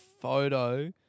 photo